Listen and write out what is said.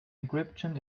encryption